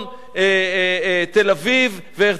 תל-אביב והרצלייה.